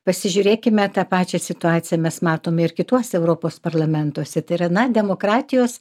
pasižiūrėkime tą pačią situaciją mes matome ir kituose europos parlamentuose tai yra na demokratijos